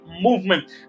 movement